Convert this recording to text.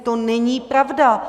To není pravda.